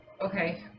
Okay